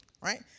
right